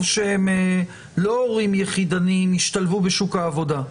שהם לא הורים יחידניים ישתלבו בשוק העבודה,